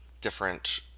different